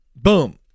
boom